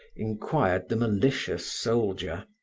inquired the malicious soldier.